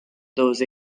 those